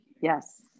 Yes